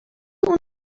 اون